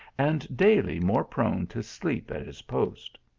and daily more prone to sleep at his post.